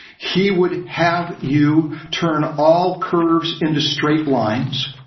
he would have you turn all curves into straight lines.